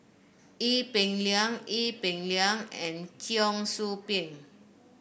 Ee Peng Liang Ee Peng Liang and Cheong Soo Pieng